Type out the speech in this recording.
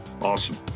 Awesome